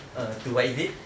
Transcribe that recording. err to what is it